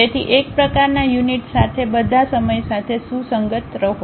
તેથી એક પ્રકારનાં યુનિટ સાથે બધા સમય સાથે સુસંગત રહો